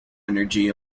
energy